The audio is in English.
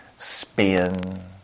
Spin